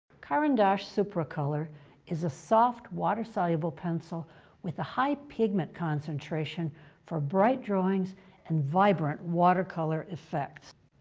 caran d'ache supracolor is a soft, water soluble pencil with a high pigment concentration for bright drawings and vibrant watercolor effects.